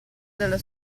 dalla